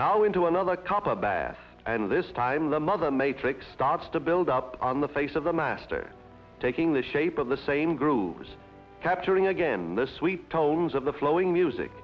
now into another cop a bath and this time the mother matrix starts to build up on the face of the master taking the shape of the same grooves capturing again this we are told is of the flowing music